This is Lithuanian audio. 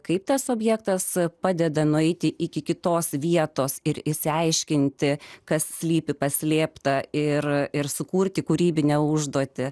kaip tas objektas padeda nueiti iki kitos vietos ir išsiaiškinti kas slypi paslėpta ir ir sukurti kūrybinę užduotį